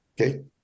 okay